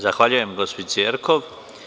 Zahvaljujem gospođici Jerkov.